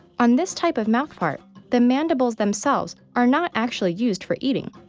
on this type of mouthpart, the mandibles themselves are not actually used for eating.